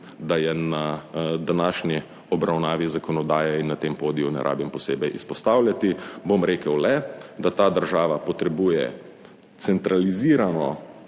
da je na današnji obravnavi zakonodaje in na tem podiju ne rabim posebej izpostavljati, bom rekel le, da ta država potrebuje centralizirano